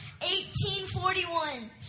18:41